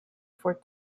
for